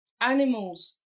animals